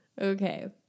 Okay